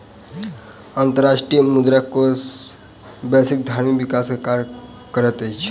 अंतर्राष्ट्रीय मुद्रा कोष वैश्विक आर्थिक विकास के कार्य करैत अछि